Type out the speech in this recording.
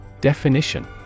Definition